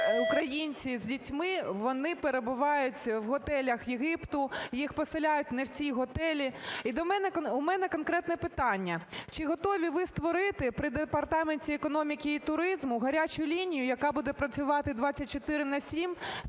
українці з дітьми, вони перебувають в готелях Єгипту, їх поселяють не в ті готелі. І у мене конкретне питання: чи готові ви створити при департаменті економіки і туризму гарячу лінію, яка буде працювати 24 на 7,